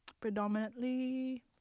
predominantly